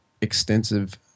extensive